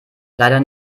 leider